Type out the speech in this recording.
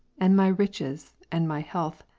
and my riches, and my health,